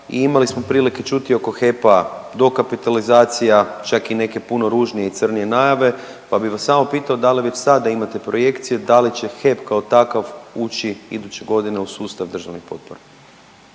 I imali smo prilike čuti oko HEP-a dokapitalizacija čak i neke puno ružnije i crnije najave, pa bih vas samo pitao da li već sada imate projekcije da li će HEP kao takav ući iduće godine u sustav državnih potpora?